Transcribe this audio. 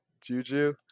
Juju